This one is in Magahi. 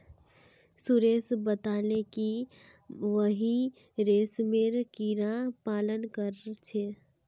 सुरेश बताले कि वहेइं रेशमेर कीड़ा पालन कर छे